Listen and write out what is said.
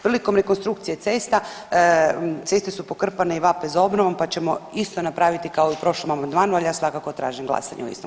Prilikom rekonstrukcije cesta, ceste su pokrpane i vape za obnovom, pa ćemo isto napraviti kao i u prošlom amandmanu, ali ja svakako tražim glasanje o istom.